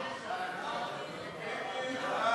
סעיפים 1